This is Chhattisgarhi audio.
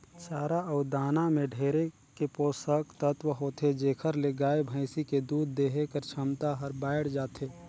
चारा अउ दाना में ढेरे के पोसक तत्व होथे जेखर ले गाय, भइसी के दूद देहे कर छमता हर बायड़ जाथे